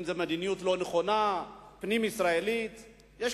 אם זו מדיניות פנים-ישראלית לא נכונה,